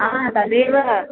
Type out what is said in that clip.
आ तदेव